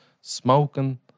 smoking